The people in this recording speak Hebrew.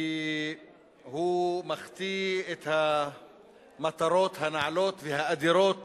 כי הוא מחטיא את המטרות הנעלות והאדירות